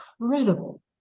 incredible